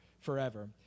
forever